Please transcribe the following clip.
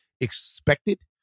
expected